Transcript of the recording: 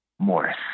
morris